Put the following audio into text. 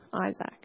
Isaac